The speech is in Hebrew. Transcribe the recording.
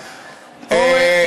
אורן,